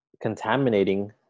contaminating